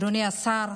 אדוני השר,